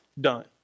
Done